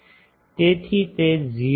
તેથી તેથી તે 0